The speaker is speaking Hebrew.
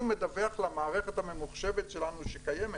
מדווח למערכת הממוחשבת שלנו שקיימת.